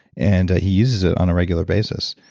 and ah he uses it on a regular basis.